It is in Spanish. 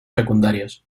secundarios